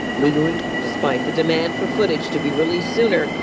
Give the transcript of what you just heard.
legally despite the demand for footage to be released sooner.